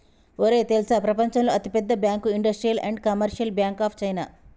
ఒరేయ్ తెల్సా ప్రపంచంలో అతి పెద్ద bank industrial and commercial bank of China